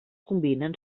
combinen